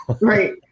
right